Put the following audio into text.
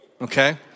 okay